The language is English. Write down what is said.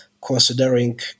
Considering